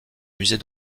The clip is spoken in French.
musée